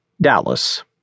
dallas